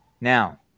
Now